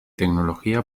tecnología